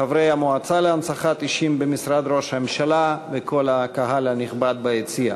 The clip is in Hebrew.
חברי המועצה להנצחת אישים במשרד ראש הממשלה וכל הקהל הנכבד ביציע,